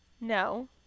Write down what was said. No